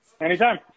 Anytime